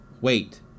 wait